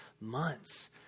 months